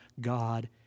God